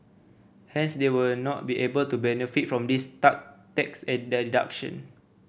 hence they will not be able to benefit from these tax deduction